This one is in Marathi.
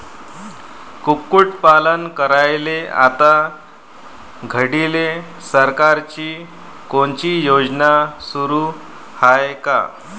कुक्कुटपालन करायले आता घडीले सरकारची कोनची योजना सुरू हाये का?